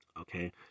okay